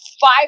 five